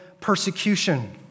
persecution